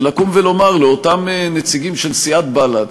זה לקום ולומר לאותם נציגים של סיעת בל"ד,